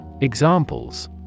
Examples